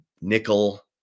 nickel